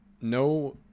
no